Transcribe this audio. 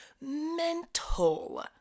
mental